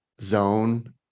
zone